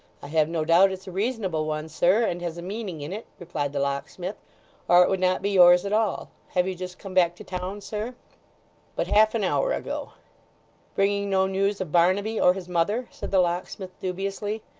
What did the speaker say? i have no doubt it's a reasonable one, sir, and has a meaning in it replied the locksmith or it would not be yours at all. have you just come back to town, sir but half an hour ago bringing no news of barnaby, or his mother said the locksmith dubiously.